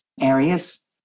areas